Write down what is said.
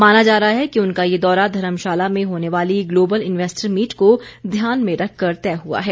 माना जा रहा है कि उनका ये दौरा धर्मशाला में होने वाली ग्लोबल इन्वैस्टर मीट को ध्यान में रखकर तय हुआ है